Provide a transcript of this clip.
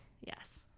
yes